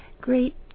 Great